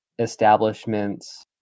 establishments